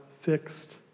fixed